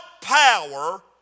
power